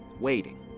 waiting